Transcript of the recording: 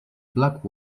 black